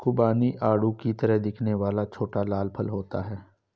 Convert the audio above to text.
खुबानी आड़ू की तरह दिखने वाला छोटा लाल फल होता है